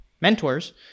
mentors